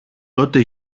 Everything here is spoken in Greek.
τότε